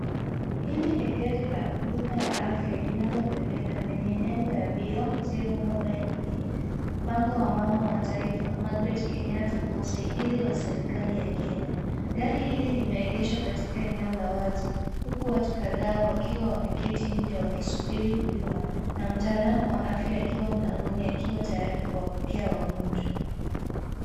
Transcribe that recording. Hili ni gari la huduma ya afya linalobebeka lenye nembo ya Beyond Zero Mobile Clinic, mpango wa mama wa taifa Margaret Kenyatta kwa usaidizi wa serikali ya Kenya. Gari hili limeegeshwa katika eneo la wazi, huku watu kadhaa wakiwa wameketi nje wakisubiri huduma, na mtaalamu wa afya akiwa mlangoni akiwa tayari kuwapokea wagonjwa.